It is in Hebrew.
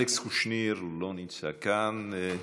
אלכס קושניר, לא נמצא כאן.